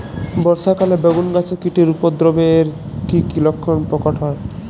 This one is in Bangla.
বর্ষা কালে বেগুন গাছে কীটের উপদ্রবে এর কী কী লক্ষণ প্রকট হয়?